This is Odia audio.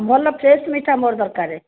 ଭଲ ଫ୍ରେଶ୍ ମିଠା ମୋର ଦରକାର